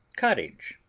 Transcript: cottage,